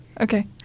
Okay